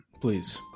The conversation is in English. please